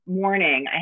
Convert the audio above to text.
morning